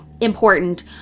important